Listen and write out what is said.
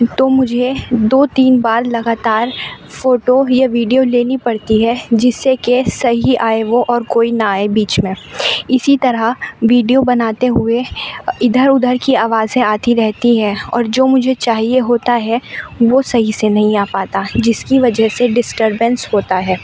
تو مجھے دو تین بار لگاتار فوٹو یا ویڈیو لینی پرتی ہے جس سے کہ صحیح آئے وہ اور کوئی نہ آئے بیچ میں اسی طرح ویڈیو بناتے ہوئے ادھر ادھر کی آوازیں آتی رہتی ہے اور جو مجھے چاہیے ہوتا ہے وہ صحیح سے نہیں آ پاتا جس کی وجہ سے ڈسٹربنس ہوتا ہے